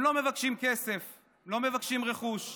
הם לא מבקשים כסף, הם לא מבקשים רכוש,